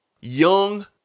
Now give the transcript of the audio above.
young